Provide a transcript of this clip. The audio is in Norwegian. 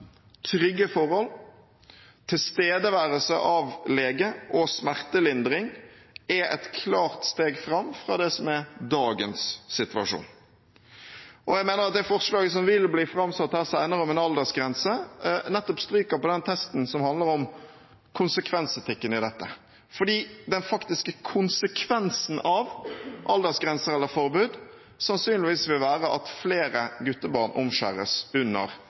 trygge forhold, tilstedeværelse av lege og smertelindring er et klart steg fram fra det som er dagens situasjon. Jeg mener at det forslaget som vil bli framsatt her senere om en aldersgrense, nettopp stryker på den testen som handler om konsekvensetikken i dette. Den faktiske konsekvensen av aldersgrense eller forbud, vil sannsynligvis være at flere guttebarn omskjæres under